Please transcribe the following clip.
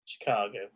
Chicago